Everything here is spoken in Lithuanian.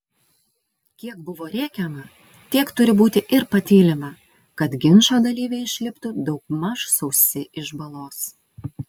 kiek buvo rėkiama tiek turi būti ir patylima kad ginčo dalyviai išliptų daugmaž sausi iš balos